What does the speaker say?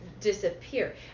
disappear